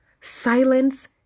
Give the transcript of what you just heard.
Silence